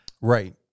Right